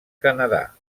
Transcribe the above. canadà